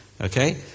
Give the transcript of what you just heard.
okay